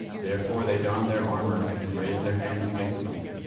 therefore they donned their armour and raised their hands against them.